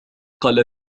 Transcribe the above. قال